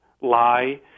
lie